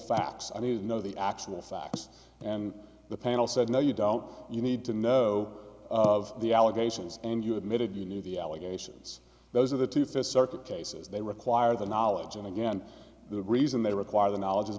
facts i need to know the actual facts and the panel said no you don't you need to know of the allegations and you admitted you knew the allegations those are the two thess circuit cases they require the knowledge and again the reason they require the knowledge is